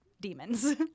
demons